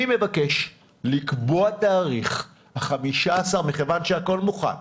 אני מבקש לקבוע תאריך, מכיוון שהכול מוכן,